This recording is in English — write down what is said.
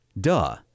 duh